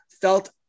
felt